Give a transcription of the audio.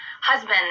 husband